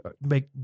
make